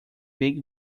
big